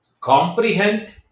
comprehend